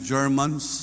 Germans